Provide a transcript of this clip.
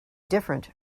different